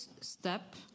step